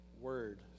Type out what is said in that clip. word